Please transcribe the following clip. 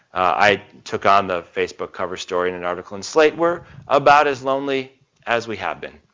i took on the facebook cover story in an article in slate. we're about as lonely as we have been.